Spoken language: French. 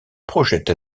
projette